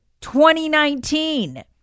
2019